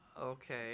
Okay